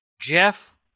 Jeff